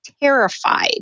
terrified